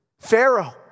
Pharaoh